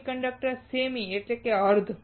semiconductor semi એટલે અર્ધ